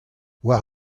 war